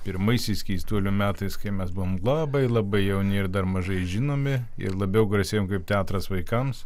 pirmaisiais keistuolių metais kai mes buvom labai labai jauni ir dar mažai žinomi ir labiau garsėjom kaip teatras vaikams